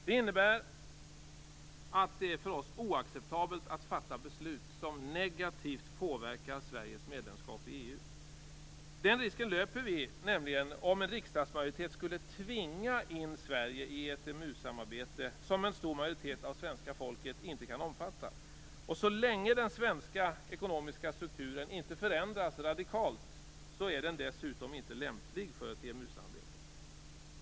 Det innebär att det för oss är oacceptabelt att fatta beslut som negativt påverkar Sveriges medlemskap i EU. Den risken löper vi nämligen om en riksdagsmajoritet skulle tvinga in Sverige i ett EMU-samarbete som inte kan omfattas av en stor majoritet av svenska folket. Så länge den svenska ekonomiska strukturen inte radikalt förändras är den dessutom inte lämplig för ett EMU-samarbete.